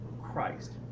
Christ